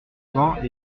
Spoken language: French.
vingt